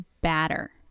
batter